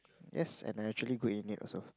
yes and I actually good in it also